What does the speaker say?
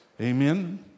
Amen